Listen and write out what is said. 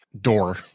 door